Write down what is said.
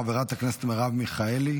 חברת הכנסת מרב מיכאלי,